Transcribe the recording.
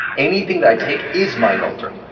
anything that i take is mind-altering.